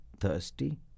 thirsty